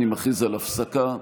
אני מכריז על הפסקה.